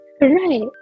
Right